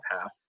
half